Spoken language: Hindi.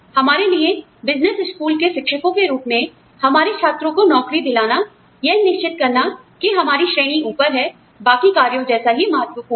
हमारे लिए बिजनेस स्कूल के शिक्षकों के रूप में हमारे छात्रों को नौकरी दिलाना यह निश्चित करना कि हमारे श्रेणी ऊपर है बाकी कार्यों जैसा ही महत्वपूर्ण है